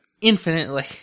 infinitely